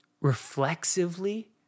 reflexively